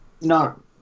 No